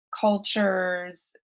cultures